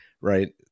right